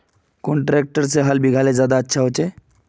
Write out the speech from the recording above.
कुन ट्रैक्टर से हाल बिगहा ले ज्यादा अच्छा होचए?